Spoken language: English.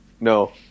No